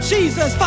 Jesus